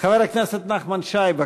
חבר הכנסת נחמן שי, בבקשה,